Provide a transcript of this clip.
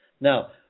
Now